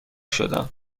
شدم